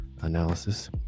analysis